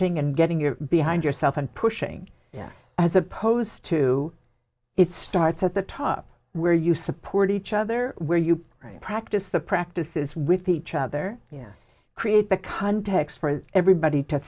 thing and getting your behind yourself and pushing yes as opposed to it starts at the top where you support each other where you've practiced the practices with each other yeah create the context for everybody to